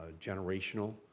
generational